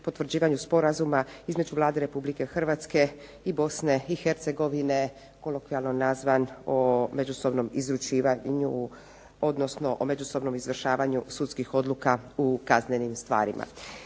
potvrđivanju Sporazuma između Vlade Republike Hrvatske, Vlade Bosne i Hercegovine i Vlade Federacije Bosne i Hercegovine o međusobnom izvršavanju sudskih odluka u kaznenim stvarima,